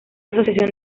asociación